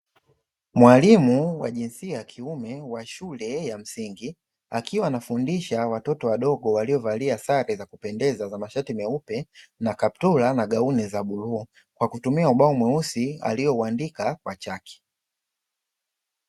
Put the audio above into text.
Mwalimu wa jinsia ya kiume wa shule ya msingi, akiwa anafundisha watoto wadogo waliovalia sare za kupendeza za mashati meupe na kaptura na gauni za bluu, kwa kutumia ubao mweusi aliouandika kwa chaki.